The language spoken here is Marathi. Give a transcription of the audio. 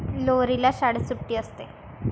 लोहरीला शाळेत सुट्टी असते